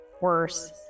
worse